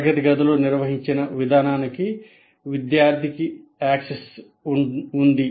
తరగతి గదిలో నిర్వహించిన విధానానికి విద్యార్థికి ప్రవేశం ఉంది